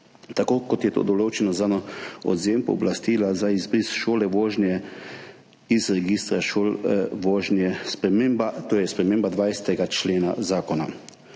tako, kot je to določeno za odvzem pooblastila za izbris šole vožnje iz registra šol vožnje, torej to je sprememba 20. člena zakona.